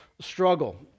struggle